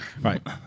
Right